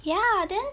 ya then